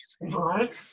Right